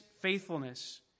faithfulness